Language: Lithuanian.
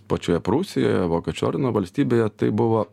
pačioje prūsijoje vokiečių ordino valstybėje tai buvo